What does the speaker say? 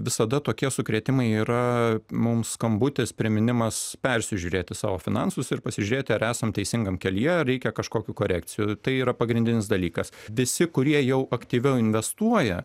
visada tokie sukrėtimai yra mums skambutis priminimas persižiūrėti savo finansus ir pasižiūrėti ar esam teisingam kelyje ar reikia kažkokių korekcijų tai yra pagrindinis dalykas visi kurie jau aktyviau investuoja